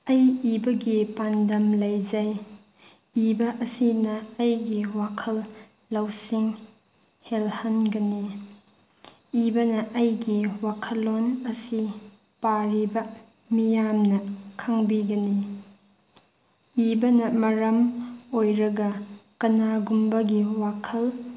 ꯑꯩ ꯏꯕꯒꯤ ꯄꯥꯟꯗꯝ ꯂꯩꯖꯩ ꯏꯕ ꯑꯁꯤꯅ ꯑꯩꯒꯤ ꯋꯥꯈꯜ ꯂꯧꯁꯤꯡ ꯍꯦꯜꯍꯟꯒꯅꯤ ꯏꯕꯅ ꯑꯩꯒꯤ ꯋꯥꯈꯜꯂꯣꯟ ꯑꯁꯤ ꯄꯥꯔꯤꯕ ꯃꯤꯌꯥꯝꯅ ꯈꯪꯕꯤꯒꯅꯤ ꯏꯕꯅ ꯃꯔꯝ ꯑꯣꯏꯔꯒ ꯀꯅꯥꯒꯨꯝꯕꯒꯤ ꯋꯥꯈꯜ